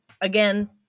again